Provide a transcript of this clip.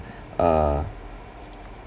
err